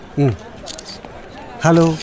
Hello